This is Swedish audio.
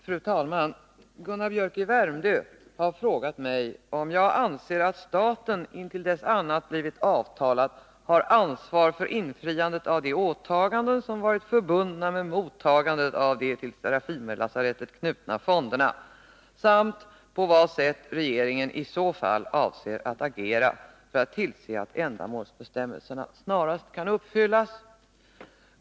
Fru talman! Gunnar Biörck i Värmdö har frågat mig om jag anser att staten, intill dess annat blivit avtalat, har ansvar för infriandet av de åtaganden som varit förbundna med mottagandet av de till Serafimerlasarettet knutna fonderna samt på vad sätt regeringen i så fall avser att agera för att tillse att ändamålsbestämmelserna snarast kan uppfyllas.